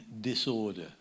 disorder